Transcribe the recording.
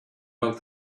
but